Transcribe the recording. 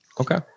Okay